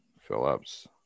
Phillips